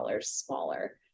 smaller